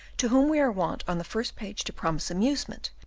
to whom we are wont on the first page to promise amusement,